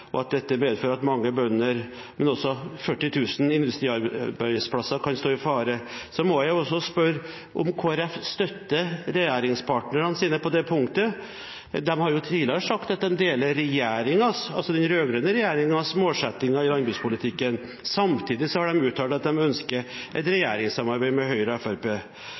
medfører at mange arbeidsplasser for bønder, men også 40 000 industriarbeidsplasser, kan stå i fare, må jeg også spørre om Kristelig Folkeparti støtter regjeringspartnerne sine på det punktet. De har tidligere sagt at de deler regjeringens – altså den rød-grønne regjeringens – målsettinger i landbrukspolitikken. Samtidig har de uttalt at de ønsker et regjeringssamarbeid med Høyre og